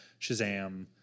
Shazam